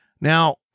Now